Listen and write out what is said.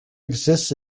exists